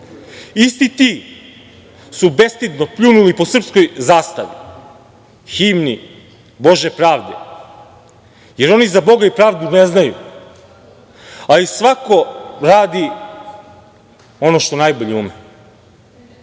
isti ti su bestidno pljunuli po srpskoj zastavi, himni „Bože pravde“, jer oni za Boga i pravdu ne znaju, ali svako radi ono što najbolje